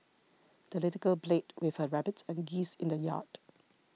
the little girl played with her rabbit and geese in the yard